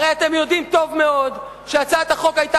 הרי אתם יודעים טוב מאוד שהצעת החוק היתה